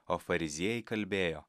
o fariziejai kalbėjo